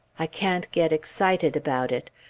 i can't get excited about it.